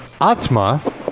Atma